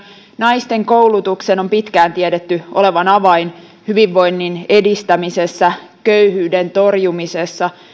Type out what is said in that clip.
naisten koulutuksen on pitkään tiedetty olevan avain hyvinvoinnin edistämisessä köyhyyden torjumisessa